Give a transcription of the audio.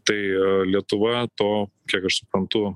tai lietuva to kiek aš suprantu